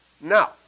now